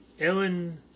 Ellen